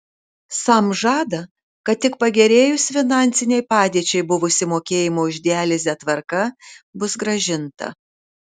sam žada kad tik pagerėjus finansinei padėčiai buvusi mokėjimo už dializę tvarka bus grąžinta